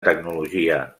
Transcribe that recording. tecnologia